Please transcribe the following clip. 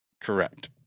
Correct